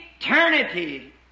eternity